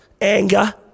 anger